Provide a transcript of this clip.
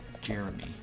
Jeremy